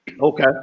Okay